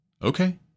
Okay